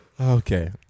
Okay